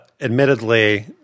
Admittedly